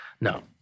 no